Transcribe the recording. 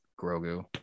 Grogu